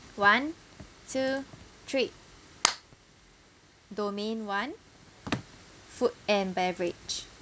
one two three domain one food and beverage